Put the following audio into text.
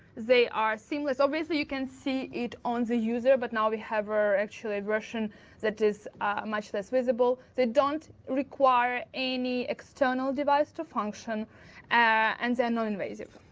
they are seamless. obviously, you can see it on the user, but now, we have actually version that is much less visible. they don't require any external device to function and they're non-invasive.